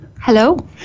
Hello